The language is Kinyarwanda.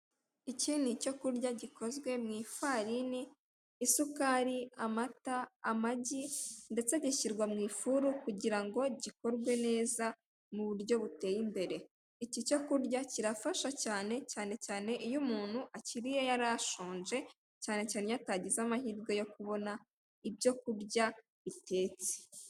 Icyi ni icyo kurya gikozwe mw'ifarini, isukari, amata, amagi ndetse bishyirwa mu ifuru kugirango gikorwe neza mu buryo buteye imbere iki cyo kurya kirafasha cyane cyanecyane iyo umuntu akiriye yari ashonje cyanecyane iyo atagize amahirwe yo kubona ibyo kurya bitetse.